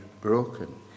broken